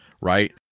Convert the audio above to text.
right